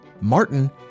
Martin